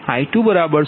તેથી I11 I20